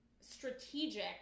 strategic